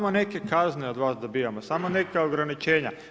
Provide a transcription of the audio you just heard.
Samo neke kazne od vas dobivamo, samo neka ograničenja.